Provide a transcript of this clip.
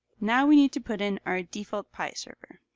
now we need to put in our default pi server.